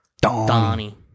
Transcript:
Donnie